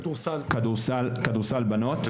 כדורסל - בנות,